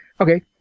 okay